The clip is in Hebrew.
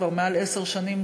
כבר יותר מעשר שנים,